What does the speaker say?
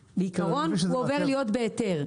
בעיקרון הוא עובר להיות בהיתר,